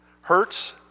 Hurts